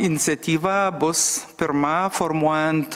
iniciatyva bus pirma formuojant